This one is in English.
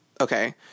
Okay